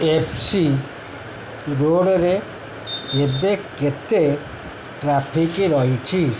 F C ରୋଡ଼ରେ ଏବେ କେତେ ଟ୍ରାଫିକ୍ ରହିଛି